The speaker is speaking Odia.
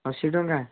ଅଶୀ ଟଙ୍କା